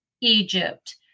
Egypt